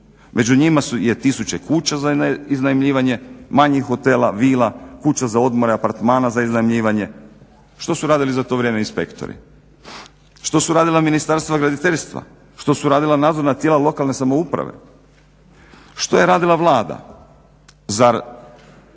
Među njima je tisuće kuća za iznajmljivanje, manjih hotela, vila, kuća za odmore, apartmana za iznajmljivanje. Što su radili za to vrijeme inspektori? Što su radila ministarstva graditeljstva? Što su radila nadzorna tijela lokalne samouprave? Što je radila Vlada? Zar